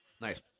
Nice